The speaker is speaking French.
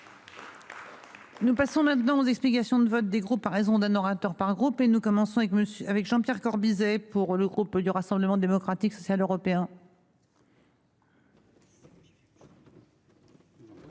Nous passons maintenant aux explications de vote, des groupes à raison d'un orateur par groupe et nous commençons avec Monsieur avec Jean-Pierre Corbisez pour le groupe du Rassemblement démocratique social européen.